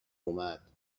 اومد